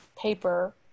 paper